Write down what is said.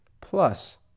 plus